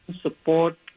support